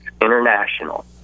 international